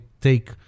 take